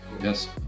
Yes